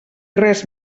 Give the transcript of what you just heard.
res